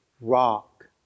rock